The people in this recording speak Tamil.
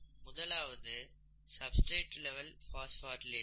முதலாவது சப்ஸ்டிரேட் லெவல் பாஸ்போரிலேஷன்